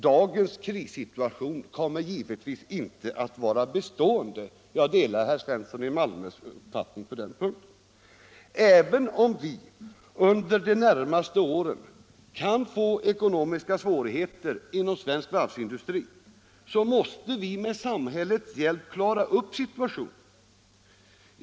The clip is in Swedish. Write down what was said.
Dagens krissituation kommer givetvis inte att vara bestående. Jag delar herr Svenssons i Malmö uppfattning på den punkten. Även om vi under de närmaste åren kan få ekonomiska svårigheter inom svensk varvsindustri, måste vi med samhällets hjälp klara upp situationen.